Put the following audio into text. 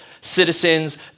citizens